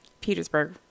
Petersburg